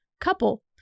couple